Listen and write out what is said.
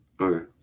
Okay